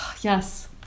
Yes